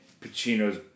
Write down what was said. Pacino's